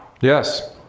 Yes